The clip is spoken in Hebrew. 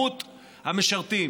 מספר המשרתים